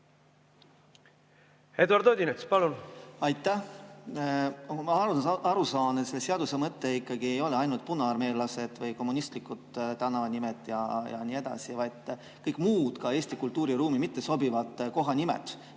Eduard Odinets, palun!